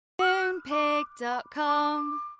Moonpig.com